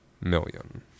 million